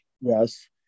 Yes